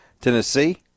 Tennessee